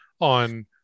on